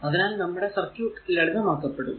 അതിനാൽ നമ്മുടെ സർക്യൂട് ലളിതമാക്കപ്പെടും